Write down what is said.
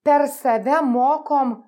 per save mokom